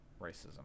racism